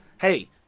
hey